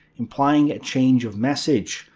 implying a change of message,